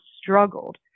struggled